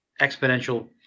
exponential